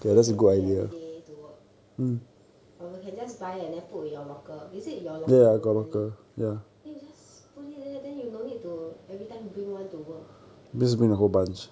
then can bring every day to work or you can just buy and then put in your locker is it your locker permanently then you just put it there then you no need to every time bring one to work ya just bring a whole bunch